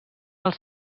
els